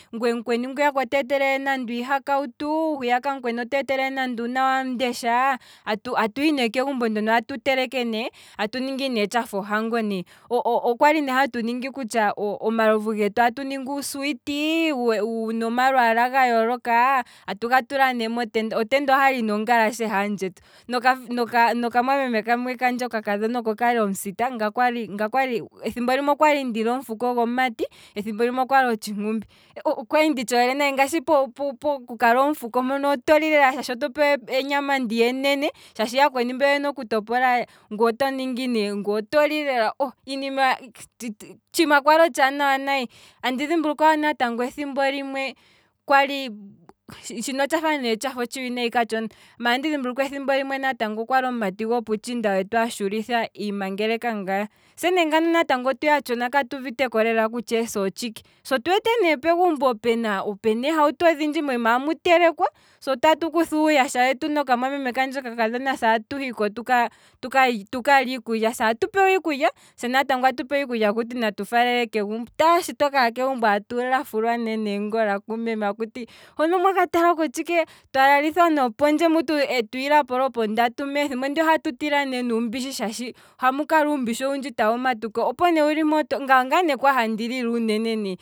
Ngweye mukweni otee telela nande iihakautu, ngwiya otee telele nande okana kamundesha, atuhi ne kegumbo ndono atu teleke ne, atu ningi nee tshafa ohango, okwali ne hatu ningi, omalovu getu atu ningi uusweet, wuna omalwaala ga yooloka, atuwu tula ne motenda, otenda okwali ne ongalashe haandjetu, noka mwamemekadhona kandje kamwe okokali omusita, ngaye okwali ngaye okwali, thimbo limwe okwali omufuko gomumati, thimbo limwe okwali otshinkumbi. kwali ndi tshoole nayi ne ngaashi okukala omufuko mpono oto lilepo nawa shaashi oto pewa enyama ndiya enene, shaashi yakweni mbeya oyena oku topola. ngwee otoli lela, otshiima kwali otshaanawa nayi, andi dhimbulukwa natango ethimbo limwe, kwali oh shino otshafa ne otshiwinayi katshona, maala andi dhimbulukwa natango ethimo limwe kali omumati gopuutshinda wetu ashulitha, iimangelekangaa, se ne natango ethimbo ndono otuya tshona katuuvite kutya eesa otshike, se otu wete ne pegumbo puna eehauto odhindji, mooma amu telekwa, se atu kutha uuyasha nokamwameme kadhona se atu hiko tukalye, se atu pewa iikulya se natango atu pewa iikulya akuti natu faalele kegumbo, taaa, shi twakaha kegumbo atu lafulwa ne kumeme neengola akutiwa hono omwaka tala tshike, twa lalithwa nopendje esiku ndoka, kiimba etwiilapo lopo ndatu mpee, thimbo ndiya ohatu tila nuumbishi shaashi ohamu kala uumbishi owundji tawu amatuka, opo nee wuli mpoo. ngaye ongaye nee kwali handi lili uunene ne